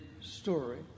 story